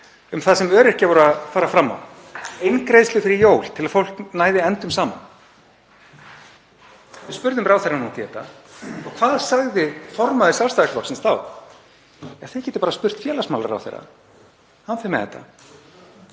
um það sem öryrkjar voru að fara fram á, eingreiðslu fyrir jól til að fólk næði endum saman. Við spurðum ráðherrann út í þetta. Og hvað sagði formaður Sjálfstæðisflokksins þá? Þið getið bara spurt félagsmálaráðherra, hann fer með þetta.